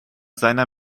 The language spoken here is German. seiner